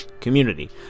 community